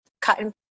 cutting